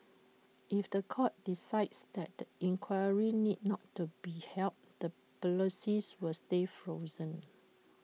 if The Court decides that the inquiry need not to be held the policies will stay frozen